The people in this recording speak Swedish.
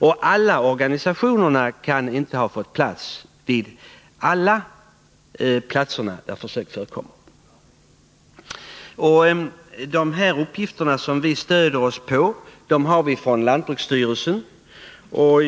Men alla organisationer kan inte ges möjlighet till representation vid samtliga platser där djurförsök förekommer. De uppgifter som utskottet stöder sig på kommer från lantbruksstyrelsen.